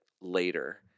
later